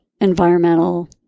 environmental